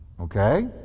Okay